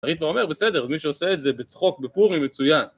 אני כבר אומר, בסדר, מי שעושה את זה בצחוק, בפורים, מצוין.